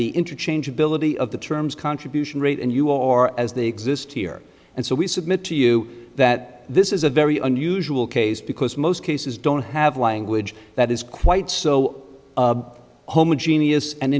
the interchange ability of the terms contribution rate and you or as they exist here and so we submit to you that this is a very unusual case because most cases don't have language that is quite so homogeneous and